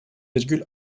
virgül